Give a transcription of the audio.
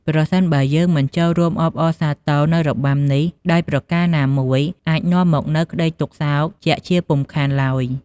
ប្រសិនបើយើងមិនចូលរួមអបអរសាទរនូវរបាំនេះដោយប្រការណាមួយ អាចនាំមកនូវក្ដីទុក្ខសោកជាក់ជាពុំខានឡើយ។